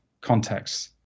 Contexts